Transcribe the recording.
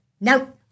No